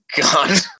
God